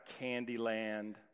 Candyland